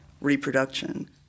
reproduction